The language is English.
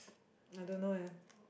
I don't know eh